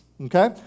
okay